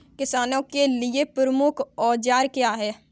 किसानों के लिए प्रमुख औजार क्या हैं?